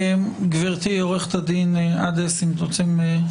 גברתי, עורכת הדין עדס, האם אתם רוצים לפתוח?